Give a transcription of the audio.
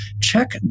check